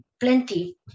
plenty